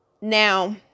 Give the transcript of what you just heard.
now